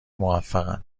موفقن